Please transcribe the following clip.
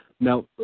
Now